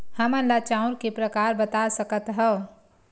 हमन ला चांउर के प्रकार बता सकत हव?